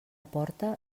porta